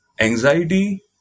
anxiety